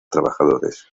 trabajadores